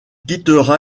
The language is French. quittera